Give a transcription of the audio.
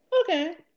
Okay